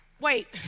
Wait